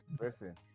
listen